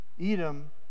Edom